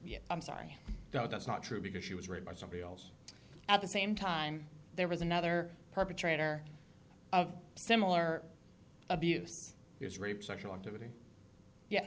yet i'm sorry go that's not true because she was read by somebody else at the same time there was another perpetrator of similar abuse was rape sexual activity ye